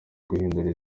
guhindura